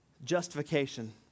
justification